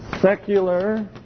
Secular